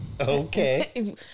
Okay